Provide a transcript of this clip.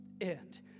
end